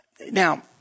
Now